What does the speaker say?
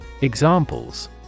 Examples